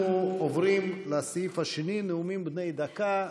אנחנו עוברים לסעיף השני, נאומים בני דקה.